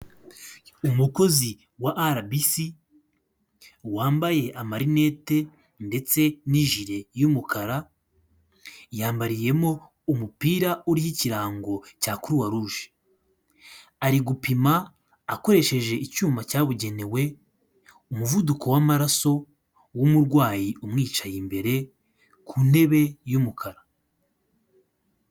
Umukozi wa Arabisi wambaye amarinete ndetse n'ijire y'umukara, yambariyemo umupira uriho ikirango cya Kuruwaruje. Ari gupima akoresheje icyuma cyabugenewe umuvuduko w'amaraso w'umurwayi umwicaye imbere ku ntebe y'umukara.